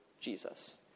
Jesus